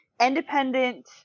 independent